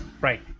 Right